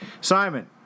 Simon